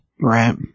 Right